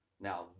Now